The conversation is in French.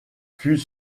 fut